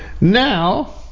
Now